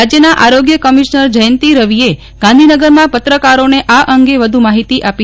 રાજ્યના આરોગ્ય કમિશનર જયંતિ રવિએ આજે ગાંધીનગરમાં પત્રકારોને આ અંગે વ્ધુ માહિતી આપી